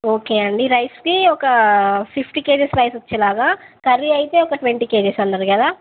okay అండి రైస్కి ఒక ఫిఫ్టీ కే జీస్ రైస్ వచ్చేలాగా కర్రీ అయితే ఒక ట్వంటీ కే జీస్ అన్నారు కదా